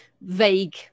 vague